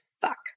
fuck